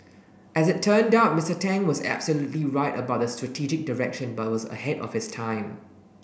as it turned out Mister Tang was absolutely right about the strategic direction but was ahead of his time